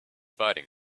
fighting